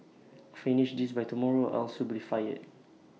finish this by tomorrow else you'll be fired